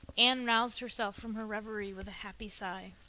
anne roused herself from her reverie with a happy sigh.